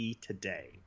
today